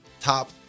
top